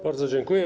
Bardzo dziękuję.